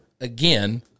again